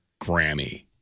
Grammy